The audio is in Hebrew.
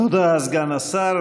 תודה, סגן השר.